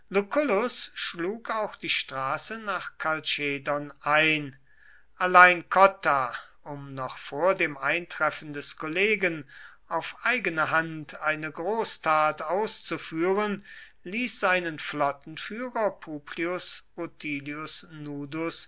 schlug auch die straße nach kalchedon ein allein cotta um noch vor dem eintreffen des kollegen auf eigene hand eine großtat auszuführen ließ seinen flottenführer publius rutilius nudus